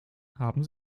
haben